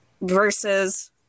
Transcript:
versus